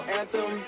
anthem